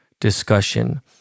discussion